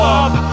up